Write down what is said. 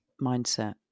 mindset